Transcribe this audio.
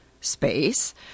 space